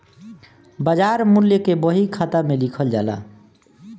बाजार मूल्य के बही खाता में लिखल जाला